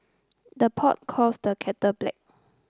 the pot calls the kettle black